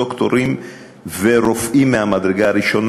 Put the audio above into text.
דוקטורים ורופאים מהמדרגה הראשונה,